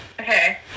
Okay